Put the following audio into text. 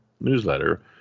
newsletter